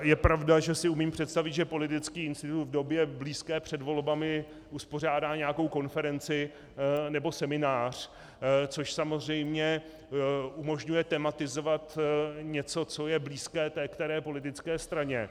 Je pravda, že si umím představit, že politický institut v době blízké před volbami uspořádá nějakou konferenci nebo seminář, což samozřejmě umožňuje tematizovat něco, co je blízké té které politické straně.